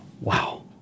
Wow